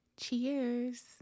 Cheers